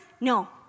No